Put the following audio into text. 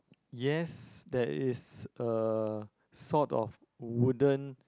yes there is a sort of wooden